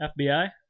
FBI